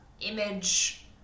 image